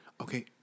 Okay